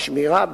בשמירה,